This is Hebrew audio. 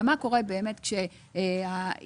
מה קורה במצב שבו